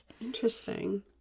Interesting